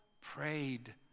prayed